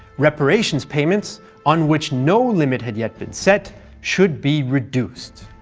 reparations payments on which no limit had yet been set should be reduced.